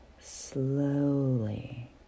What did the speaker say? slowly